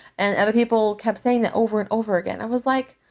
and other people kept saying that over and over again. i was like,